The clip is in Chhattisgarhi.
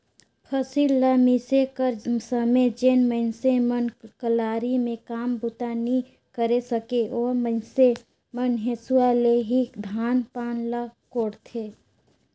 फसिल ल मिसे कर समे जेन मइनसे मन कलारी मे काम बूता नी करे सके, ओ मइनसे मन हेसुवा ले ही धान पान ल कोड़थे